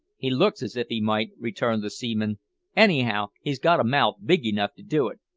he looks as if he might, returned the seaman anyhow, he's got a mouth big enough to do it.